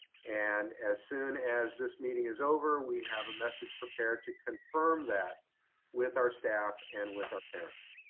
and as soon as this meeting is over, we have a message prepared to confirm that with our staff and with our parents.